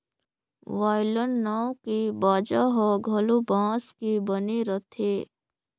violin नांव के बाजा ह घलो बांस के बने रथे